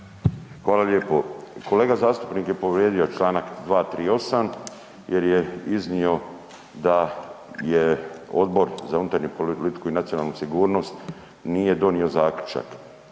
Hvala lijepo. Kolega zastupnik je povrijedio čl. 238. jer je iznio da je Odbor za unutarnju politiku i nacionalnu sigurnost nije donio zaključak.